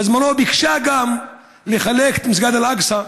בזמנו ביקשה גם לחלק את מסגד אל-אקצא,